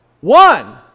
one